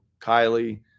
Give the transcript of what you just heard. Kylie